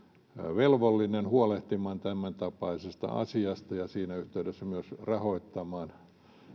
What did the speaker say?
velvollinen huolehtimaan tämän tapaisesta asiasta ja siinä yhteydessä myös rahoittamaan